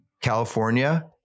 California